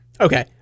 Okay